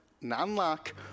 non-lock